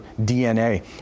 DNA